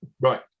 right